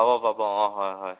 পাব পাব অঁ হয় হয়